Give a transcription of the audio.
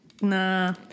Nah